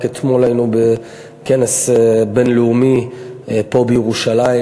רק אתמול היינו בכנס בין-לאומי פה בירושלים,